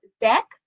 deck